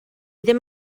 ddim